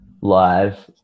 Live